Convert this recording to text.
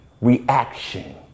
reaction